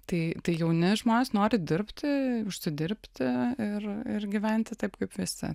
tai tai jauni žmonės nori dirbti užsidirbti ir ir gyventi taip kaip visi